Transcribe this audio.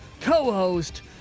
co-host